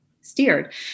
steered